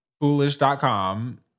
foolish.com